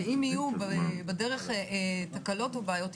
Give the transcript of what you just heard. ואם יהיו בדרך תקלות או בעיות,